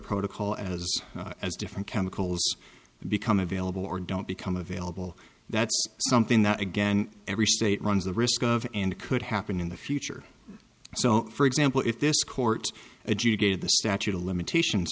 protocol as as different chemicals become available or don't become available that's something that again every state runs the risk of and could happen in the future so for example if this court educated the statute of limitations